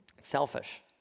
selfish